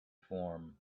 form